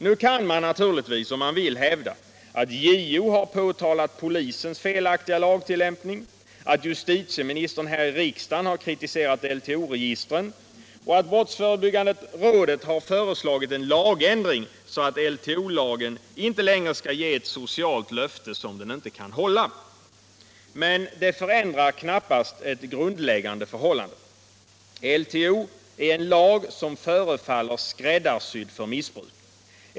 Nu kan man naturligtvis, om man så vill, hävda att JO har påtalat polisens felaktiga lagtillämpning, att justitieministern här i riksdagen har kritiserat LTO-registren och att brottsförebyggande rådet har föreslagit lagändring, så att LTO inte längre skall ge ett socialt löfte som inte kan hållas. Mcen det förändrar knappast ett grundläggande förhållande: LTO är en lag som förefaller skräddarsydd för missbruk.